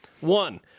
One